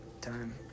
time